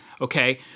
Okay